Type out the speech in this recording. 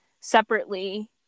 separately